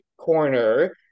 corner